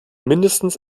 mindestens